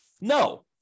No